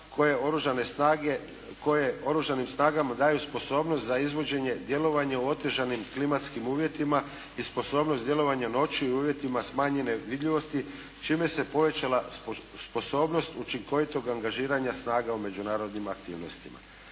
koje Oružanim snagama daju sposobnost za izvođenje djelovanja u otežanim klimatskim uvjetima i sposobnost djelovanja u noćnim uvjetima smanjene vidljivosti, čime se povećala sposobnost učinkovitog angažiranja snaga u međunarodnim aktivnostima.